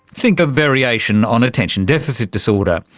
think a variation on attention deficit disorder.